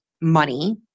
money